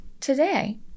Today